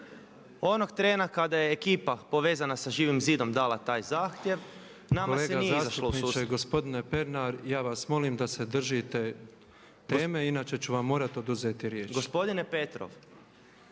onog trena kada je ekipa povezana sa Živim zidom dala taj zahtjev nama se nije izašlo u susret. …/Upadica